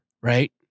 right